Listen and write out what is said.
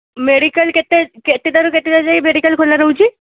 medical କେତେଟାରୁ କେତେଟା ଯାଏଁ ମେଡ଼ିକାଲ୍ ଖୋଲା ରହୁଛି